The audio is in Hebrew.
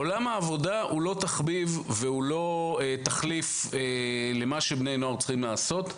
עולם העבודה הוא לא תחביב והוא לא תחליף למה שבני נוער צריכים לעשות.